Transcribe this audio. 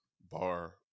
bar